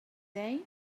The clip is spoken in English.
day